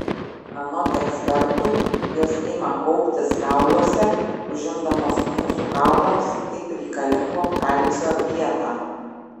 anot ekspertų jos ima kauptis kauluose užimdamos mūsų kaulams taip reikalingo kalcio vietą